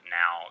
now